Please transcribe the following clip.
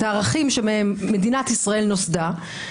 את הערכים שמהם מדינת ישראל נוסדה,